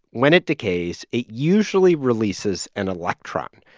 when it decays, it usually releases an electron.